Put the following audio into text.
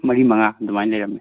ꯃꯔꯤ ꯃꯉꯥ ꯑꯗꯨꯃꯥꯏꯅ ꯂꯩꯔꯝꯃꯦ